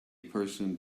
person